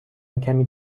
کمی